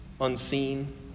unseen